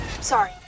Sorry